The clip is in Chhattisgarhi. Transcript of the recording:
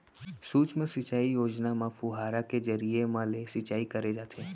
सुक्ष्म सिंचई योजना म फुहारा के जरिए म ले सिंचई करे जाथे